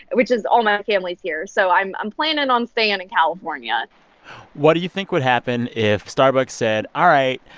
which is all my family's here, so i'm i'm planning on staying and in california what do you think would happen if starbucks said, all right,